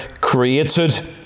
created